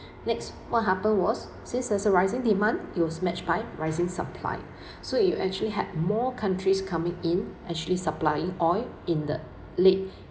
next what happened was since there's a rising demand it was matched by rising supply so you actually had more countries coming in actually supplying oil in the late